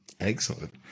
Excellent